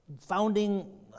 founding